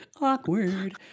awkward